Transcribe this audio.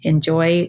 Enjoy